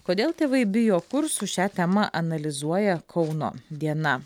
kodėl tėvai bijo kursų šią temą analizuoja kauno diena